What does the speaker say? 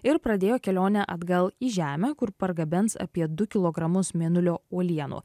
ir pradėjo kelionę atgal į žemę kur pargabens apie du kilogramus mėnulio uolienų